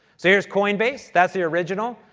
so, here's coin base. that's the original.